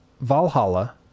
valhalla